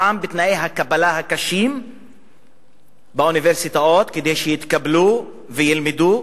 פעם בתנאי הקבלה הקשים באוניברסיטאות כדי להתקבל וללמוד,